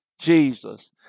Jesus